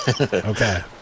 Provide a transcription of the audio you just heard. okay